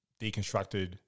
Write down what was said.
deconstructed